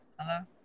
Hello